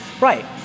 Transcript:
Right